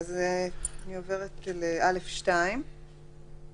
אני עוברת ל-(א2): (א2)